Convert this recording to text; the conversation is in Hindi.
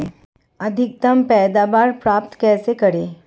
अधिकतम पैदावार प्राप्त कैसे करें?